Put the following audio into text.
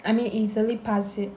I mean easily pass it